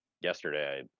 yesterday